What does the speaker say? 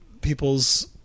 people's